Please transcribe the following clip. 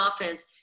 offense